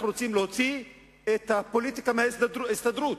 רוצים להוציא את הפוליטיקה מההסתדרות.